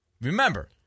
Remember